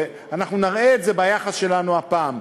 ואנחנו נַראה את זה ביחס שלנו הפעם,